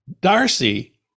Darcy